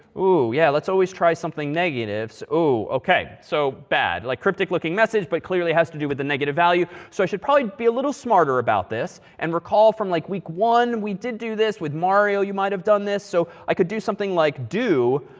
ooh, yeah, let's always try something negative. oh, ok. so bad. like cryptic looking message, but clearly, has to do with a negative value. so i should probably be a little smarter about this. and recall from like, week one, we did do this. with mario, you might have done this. so i could do something like, do,